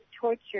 torture